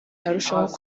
arushaho